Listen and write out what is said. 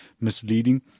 misleading